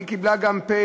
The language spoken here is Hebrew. היא קיבלה פ/1174,